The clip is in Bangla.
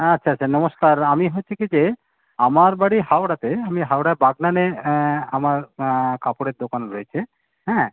আচ্ছা আচ্ছা নমস্কার আমি হচ্ছি কি যে আমার বাড়ি হাওড়াতে আমি হাওড়ার বাগনানে আমার কাপড়ের দোকান রয়েছে হ্যাঁ